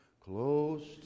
close